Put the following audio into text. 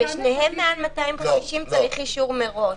בשניהם מעל 250 צריך אישור מראש,